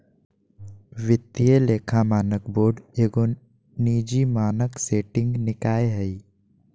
वित्तीय लेखा मानक बोर्ड एगो निजी मानक सेटिंग निकाय हइ